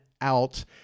out